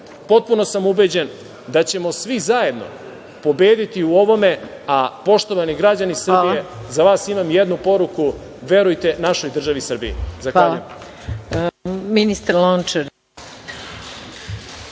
Potpuno sam ubeđen da ćemo svi zajedno pobediti u ovome. Poštovani građani Srbije, za vas imam jednu poruku – verujte našoj državi Srbiji. Zahvaljujem.